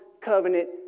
covenant